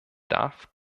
darf